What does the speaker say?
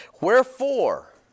Wherefore